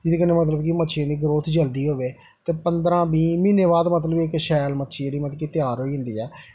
जेह्दे कन्नै मतलब कि मच्छियें दी ग्रोथ जल्दी होऐ ते पंदरां बीह् म्हीने बाद मतलब कि इक शैल मच्छी जेह्ड़ी मतलब कि त्यार होई जंदी ऐ